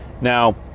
now